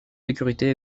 sécurité